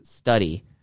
study